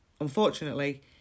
unfortunately